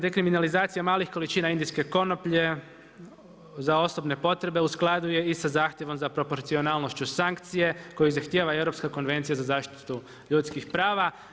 Dekriminalizacija malih količina indijske konoplje za osobne potrebe u skladu je i sa zahtjevu za proporcionalnošću sankcije koje zahtjeva Europska konvencija za zaštitu ljudskih prava.